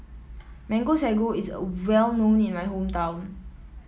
Mango Sago is a well known in my hometown